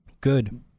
good